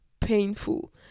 painful